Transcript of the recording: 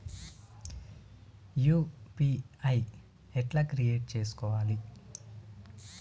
UPI ఎట్లా create చేసుకోవాలి?